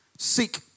Seek